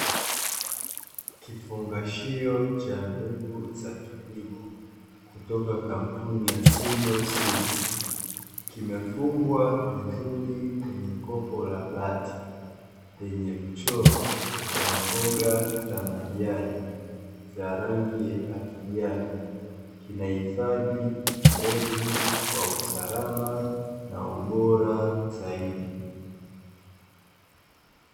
Kifungashio cha mbegu za kilimo kutoka kampuni ya "Simlaw Seeds", kimefungwa vizuri kwenye kopo la bati lenye mchoro wa mboga za majani za rangi ya kijani, kina hifadhi mbegu kwa usalama na ubora zaidi.